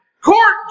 court